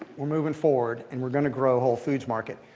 we're moving forward. and we're going to grow whole foods market.